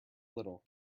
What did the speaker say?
little